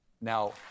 Now